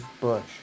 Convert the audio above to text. bush